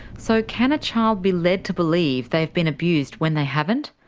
so can a child be led to believe they have been abused when they haven't?